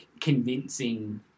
convincing